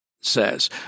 says